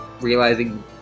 realizing